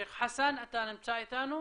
שייח' חסן, אתה נמצא איתנו?